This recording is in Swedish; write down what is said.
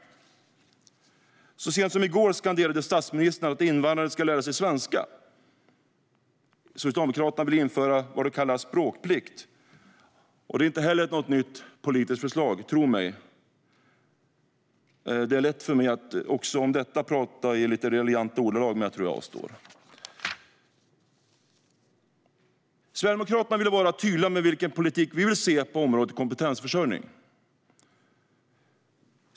Så sent som i går skanderade statsministern att invandrare ska lära sig svenska. Socialdemokraterna vill införa vad de kallar språkplikt. Det är inte heller något nytt politiskt förslag, tro mig. Det vore lätt för mig att också om detta prata i lite raljanta ordalag, men jag tror att jag avstår. Vi i Sverigedemokraterna vill vara tydliga med vilken politik vi vill se på området kompetensförsörjning.